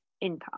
income